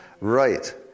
Right